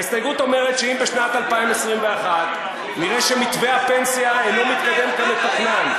ההסתייגות אומרת שאם בשנת 2021 נראה שמתווה הפנסיה אינו מתקדם כמתוכנן,